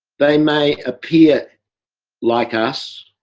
they may appear like us